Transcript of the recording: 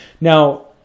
Now